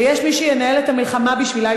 ויש מי שינהל את המלחמה בשבילה,